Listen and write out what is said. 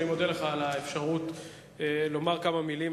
אני מודה לך על האפשרות לומר כמה מלים.